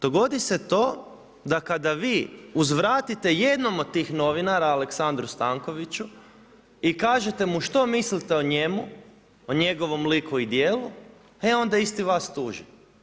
Dogodi se to, da kada vi uzvratite jednom od tih novinara, Aleksandru Stankoviću i kažete mu što mislite o njemu, o njegovom liku i dijelu, e onda isti vas tuži.